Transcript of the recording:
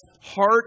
heart